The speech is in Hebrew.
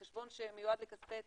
החשבון שמיועד לכספי ההיטלים,